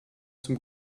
zum